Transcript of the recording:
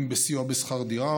אם בסיוע בשכר דירה,